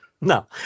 No